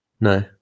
no